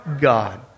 god